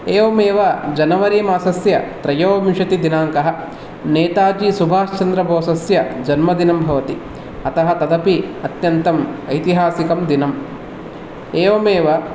एवमेव जान्वरि मासस्य त्रयोविंशतिदिनाङ्कः नेताजीसुभाष्चन्द्रबोसस्य जन्मदिनं भवति अतः तदपि अत्यन्तम् ऐतिहासिकं दिनम् एवमेव